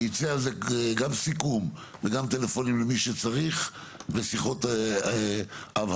וייצא על זה גם סיכום וגם טלפונים למי שצריך ושיחות הבהרה,